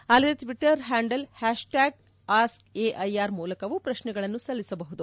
ಅಲ್ಲದೇ Twitter handle hashtag ask AIR ಮೂಲಕವೂ ಪ್ರಶ್ನೆಗಳನ್ನು ಸಲ್ಲಿಸಬಹುದು